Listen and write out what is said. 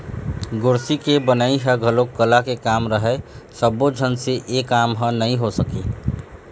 गोरसी के बनई ह घलोक कला के काम हरय सब्बो झन से ए काम ह नइ हो सके